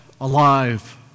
alive